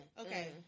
Okay